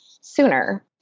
sooner